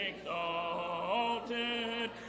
exalted